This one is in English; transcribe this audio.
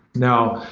now,